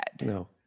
No